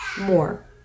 more